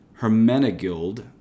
Hermenegild